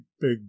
big